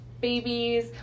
babies